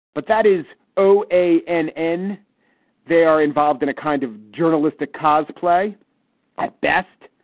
but that is o, a and n they are involved in a kind of journalistic cause play at best.